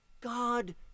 God